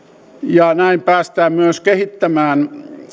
ja näin päästään myös kehittämään